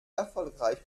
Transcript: erfolgreich